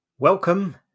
Welcome